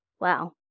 Wow